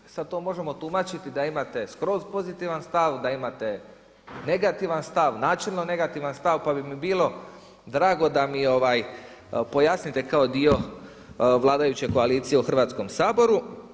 E sad to možemo tumačiti da imate skroz pozitivan stav, da imate negativan stav, načelno negativan stav, pa bi mi bilo drago da mi pojasnite kao dio vladajuće koalicije u Hrvatskom saboru.